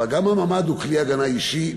אבל גם הממ"ד הוא כלי הגנה אישי-משפחתי.